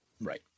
right